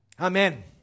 Amen